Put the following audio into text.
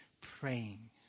praying